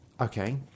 Okay